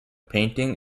painting